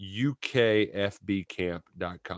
ukfbcamp.com